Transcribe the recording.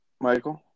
Michael